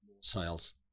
sales